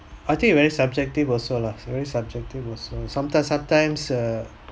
I think very subjective also lah very subjective also sometimes sometimes err